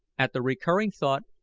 at the recurring thought,